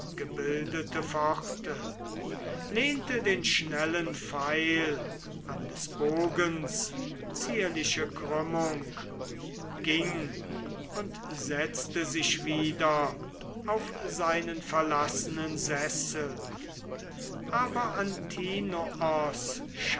gebildete pforte lehnte den schnellen pfeil an des bogens zierliche krümmung ging und setzte sich wieder auf seinen verlassenen sessel aber antinoos